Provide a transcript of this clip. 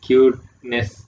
Cuteness